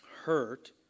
hurt